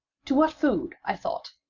to what food, i thought,